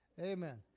Amen